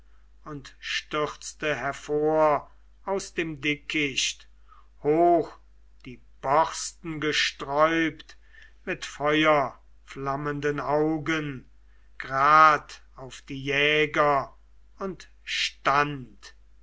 und stürzte hervor aus dem dickicht hoch die borsten gesträubt mit feuerflammenden augen grad auf die jäger und stand